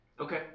Okay